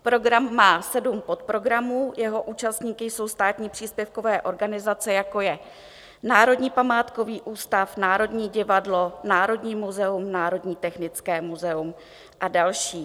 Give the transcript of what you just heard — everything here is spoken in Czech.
Program má sedm podprogramů, jeho účastníky jsou státní příspěvkové organizace, jako je Národní památkový ústav, Národní divadlo, Národní muzeum, Národní technické muzeum a další.